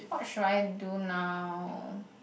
what should I do now